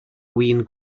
win